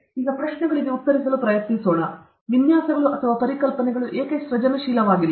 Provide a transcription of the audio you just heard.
ಈಗ ಪ್ರಶ್ನೆಗಳಿಗೆ ಉತ್ತರಿಸಲು ಪ್ರಯತ್ನಿಸೋಣ ವಿನ್ಯಾಸಗಳು ಅಥವಾ ಪರಿಕಲ್ಪನೆಗಳು ಏಕೆ ಸೃಜನಶೀಲವಾಗಿಲ್ಲ